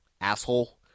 asshole